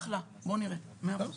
אחלה, בוא נראה, מאה אחוז.